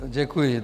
Děkuji.